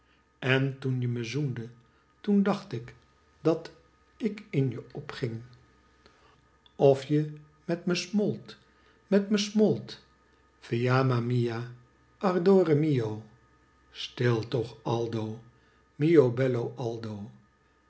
en toen je me zoende toen dacht ik dat ik in je opging of je met me smolt met me smolt fiamma mia ardore mio stil toch aldo mio bello aldo